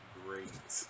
great